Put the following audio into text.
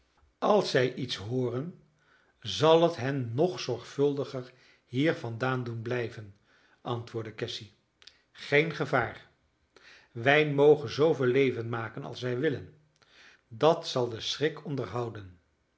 als zij iets hooren zal het hen nog zorgvuldiger hier vandaan doen blijven antwoordde cassy geen gevaar wij mogen zooveel leven maken als wij willen dat zal den schrik onderhouden